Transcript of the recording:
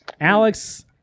Alex